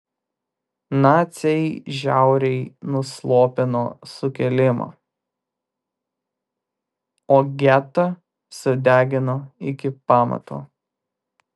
naciai žiauriai nuslopino sukilimą o getą sudegino iki pamatų